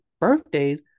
birthdays